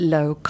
Low